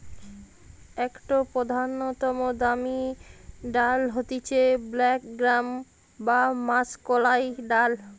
একটো প্রধানতম দামি ডাল হতিছে ব্ল্যাক গ্রাম বা মাষকলাইর ডাল